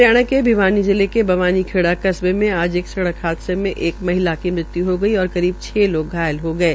हरियाणा के भिवानी जिले के बवानी खेड़ा कस्बे में आज एक सड़क हादसे में एक महिला की मृत्य् हो गई और करीब छ लोग घायल हो गये